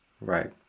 Right